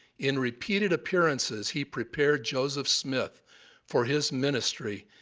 in repeated appearances, he prepared joseph smith for his ministry,